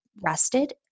rested